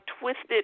twisted